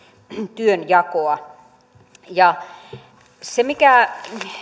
työnjakoa se mikä